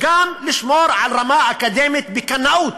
וגם לשמור על רמה אקדמית, בקנאות,